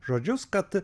žodžius kad